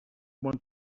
want